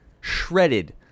shredded